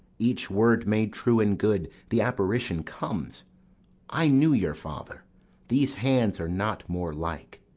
each word made true and good, the apparition comes i knew your father these hands are not more like.